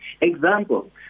Example